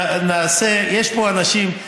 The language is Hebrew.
יש פה אנשים,